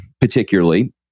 particularly